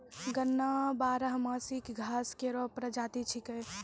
गन्ना बारहमासी घास केरो प्रजाति छिकै